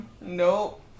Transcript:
Nope